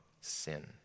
sin